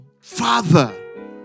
father